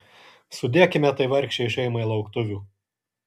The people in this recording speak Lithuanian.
sudėkime tai vargšei šeimai lauktuvių